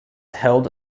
held